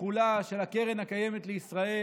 של הקרן הקיימת לישראל.